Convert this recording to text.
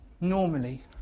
normally